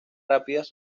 rápidas